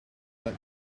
that